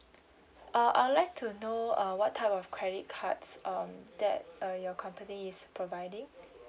uh I will like to know uh what type of credit cards um that uh your company is providing